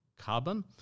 carbon